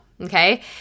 okay